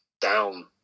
down